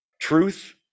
truth